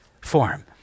form